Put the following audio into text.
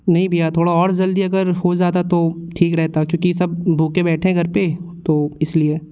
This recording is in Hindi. नहीं भइया थोड़ा और ज़ल्दी अगर हो ज़ाता तो ठीक रहेता क्योंकि सब भूखे बैठे हैं घर पर तो इसलिए